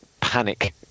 panic